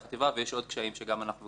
ויש עוד קשיים שגם אנחנו וגם הייעוץ